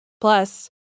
Plus